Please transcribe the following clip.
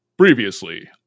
Previously